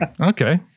Okay